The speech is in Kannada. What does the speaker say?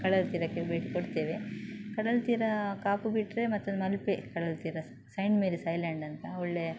ಕಡಲತೀರಕ್ಕೆ ಭೇಟಿ ಕೊಡ್ತೇವೆ ಕಡಲತೀರ ಕಾಪು ಬಿಟ್ಟರೆ ಮತ್ತೆ ಒಂದು ಮಲ್ಪೆ ಕಡಲತೀರ ಸೈಂಟ್ ಮೆರೀಸ್ ಐಲ್ಯಾಂಡ್ ಅಂತ ಒಳ್ಳೆ